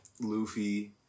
Luffy